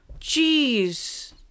Jeez